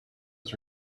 was